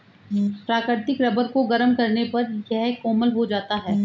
प्राकृतिक रबर को गरम करने पर यह कोमल हो जाता है